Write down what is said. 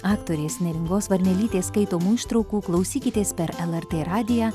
aktorės neringos varnelytės skaitomų ištraukų klausykitės per lrt radiją